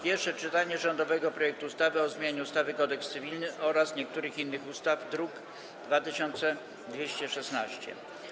Pierwsze czytanie rządowego projektu ustawy o zmianie ustawy Kodeks cywilny oraz niektórych innych ustaw, druk nr 2216.